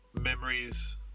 memories